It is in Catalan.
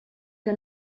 que